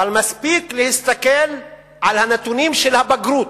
אבל מספיק להסתכל על הנתונים של הבגרות,